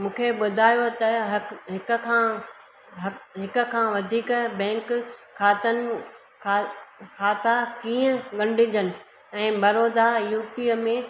मूंखे ॿुधायो त हक हिक खां हक हिक वधीक बैंक खातनि ख खाता कीअं ॻंढिजनि ऐं बड़ोदा यूपीअ में